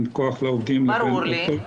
כח לעובדים לבין אותות --- ברור לי.